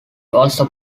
also